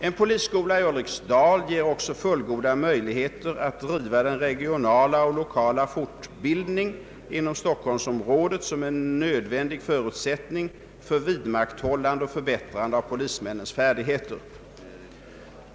En polisskola i Ulriksdal ger också fullgoda möjligheter att driva den regionala och lokala fortbildning inom Stockholmsområdet som är en nödvändig förutsättning för vidmakthållande och förbättrande av polismännens färdigheter.